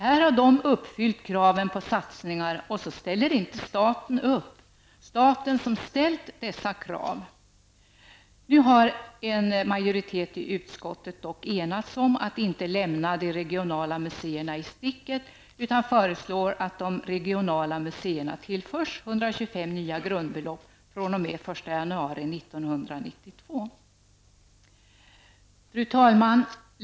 Här har de uppfyllt kraven på satsningar och så ställer inte staten upp -- staten som har ställt dessa krav. Nu har en majoritet i utskottet enats om att inte lämna de regionala museerna i sticket utan föreslår att de regionala museerna tillförs 125 nya grundbelopp fr.o.m. den Fru talman!